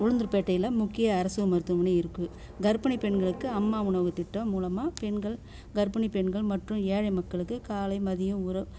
உளுந்தூர்பேட்டையில் முக்கிய அரசு மருத்துவமனை இருக்குது கர்ப்பிணி பெண்களுக்கு அம்மா உணவு திட்டம் மூலமாக பெண்கள் கர்ப்பிணி பெண்கள் மற்றும் ஏழை மக்களுக்கு காலை மதிய உண